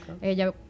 ella